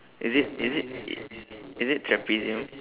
is it is it i~ is it trapezium